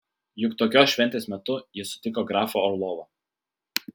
juk tokios šventės metu ji sutiko grafą orlovą